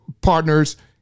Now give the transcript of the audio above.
partners